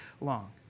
long